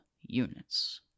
units